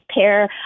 pair